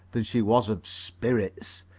than she was of spirits,